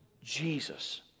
Jesus